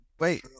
Wait